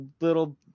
little